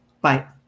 bye